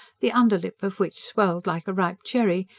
the underlip of which swelled like a ripe cherry,